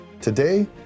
Today